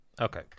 Okay